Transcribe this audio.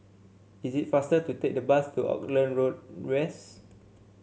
is it faster to take the bus to Auckland Road West